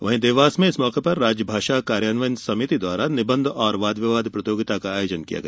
वहीं देवास में इस मौके पर राज्य भाषा कार्यान्वयन सभिति द्वारा निबंध और वाद विवाद प्रतियोगिता का आयोजन किया गया